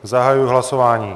Zahajuji hlasování.